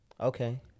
Okay